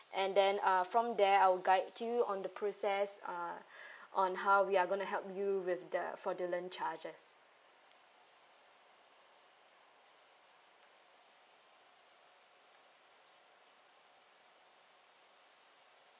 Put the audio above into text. and then uh from there I will guide you on the process uh on how we are going to help you with the fraudulent charges